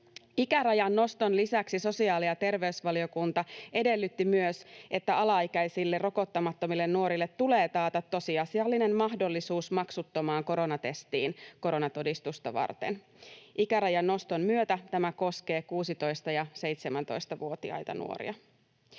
Ikärajan noston lisäksi sosiaali‑ ja terveysvaliokunta edellytti myös, että alaikäisille rokottamattomille nuorille tulee taata tosiasiallinen mahdollisuus maksuttomaan koronatestiin koronatodistusta varten. Ikärajan noston myötä tämä koskee 16‑ ja 17-vuotiaita nuoria.